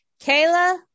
kayla